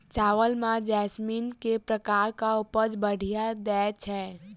चावल म जैसमिन केँ प्रकार कऽ उपज बढ़िया दैय छै?